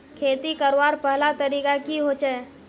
खेती करवार पहला तरीका की होचए?